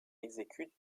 exécute